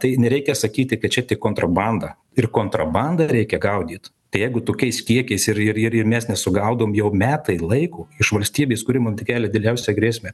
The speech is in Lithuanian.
tai nereikia sakyti kad čia tik kontrabanda ir kontrabandą reikia gaudyt tai jeigu tokiais kiekiais ir ir ir mes nesugaudom jau metai laiko iš valstybės kuri mum t kelia dideliausią grėsmę